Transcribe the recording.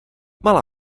malá